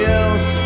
else